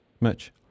Mitch